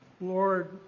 Lord